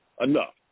Enough